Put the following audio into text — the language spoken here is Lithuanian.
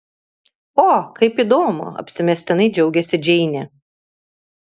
o kaip įdomu apsimestinai džiaugėsi džeinė